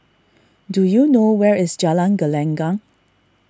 do you know where is Jalan Gelenggang